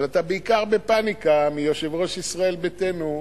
אבל אתה בעיקר בפניקה מיושב-ראש ישראל ביתנו,